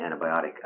antibiotic